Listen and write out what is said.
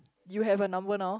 you have her number now